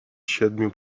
siedmiu